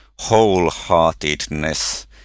wholeheartedness